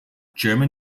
german